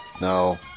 No